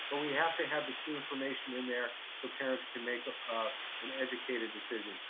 but we have to have the key information in there so parents can make an educated decision.